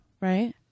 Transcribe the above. Right